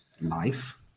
life